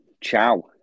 Ciao